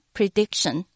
Prediction